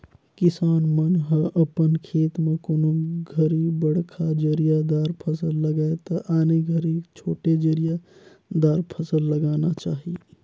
किसान मन ह अपन खेत म कोनों घरी बड़खा जरिया दार फसल लगाये त आने घरी छोटे जरिया दार फसल लगाना चाही